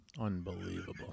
Unbelievable